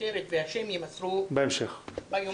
הכותרת והשם יימסרו ביומיים הקרובים.